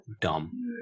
dumb